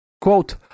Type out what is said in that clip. Quote